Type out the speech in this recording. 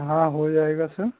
हाँ हो जाएगा सर